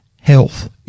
health